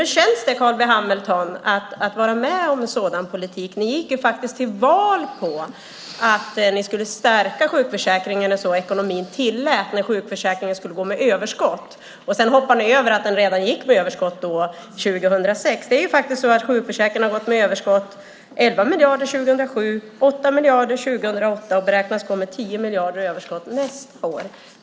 Hur känns det, Carl B Hamilton, att bedriva en sådan politik? Ni gick ju till val på att ni skulle stärka sjukförsäkringen när ekonomin tillät det, när sjukförsäkringen skulle gå med överskott. Sedan hoppade ni över att den redan gick med överskott 2006. Det är faktiskt så att sjukförsäkringen har gått med överskott med 11 miljarder 2007, 8 miljarder 2008 och beräknas gå med 10 miljarder i överskott nästa år.